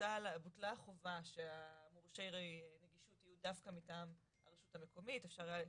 בוטלה החובה שהמורשה דווקא מטעם הרשות המקומית אפשר היה,